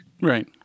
right